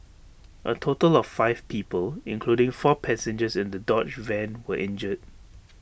A total of five people including four passengers in the dodge van were injured